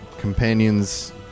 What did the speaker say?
companions